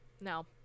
No